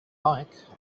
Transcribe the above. like